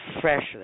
freshly